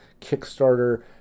Kickstarter